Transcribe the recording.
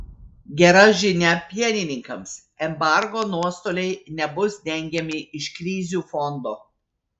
gera žinia pienininkams embargo nuostoliai nebus dengiami iš krizių fondo